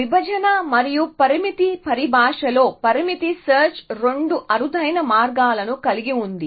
విభజన మరియు పరిమితి పరిభాషలో పరిమితి సెర్చ్ 2 అరుదైన మార్గాలను కలిగి ఉంది